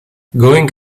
going